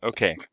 Okay